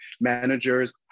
managers